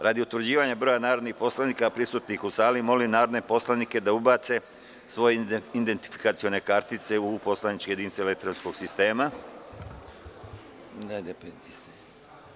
Radi utvrđivanja broja narodnih poslanika prisutnih u sali, molim narodne poslanike da ubace svoje identifikacione kartice u poslaničke jedinice elektronskog sistema za glasanje.